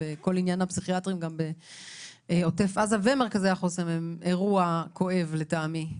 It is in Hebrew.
וכל עניין הפסיכיאטרים בעוטף עזה ומרכזי החוסן הם אירוע כואב לטעמי.